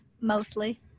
mostly